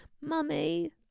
Mummy